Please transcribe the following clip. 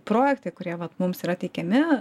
projektai kurie vat mums yra teikiami